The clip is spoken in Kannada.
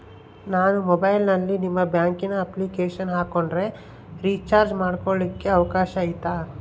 ನಾನು ಮೊಬೈಲಿನಲ್ಲಿ ನಿಮ್ಮ ಬ್ಯಾಂಕಿನ ಅಪ್ಲಿಕೇಶನ್ ಹಾಕೊಂಡ್ರೆ ರೇಚಾರ್ಜ್ ಮಾಡ್ಕೊಳಿಕ್ಕೇ ಅವಕಾಶ ಐತಾ?